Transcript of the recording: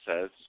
says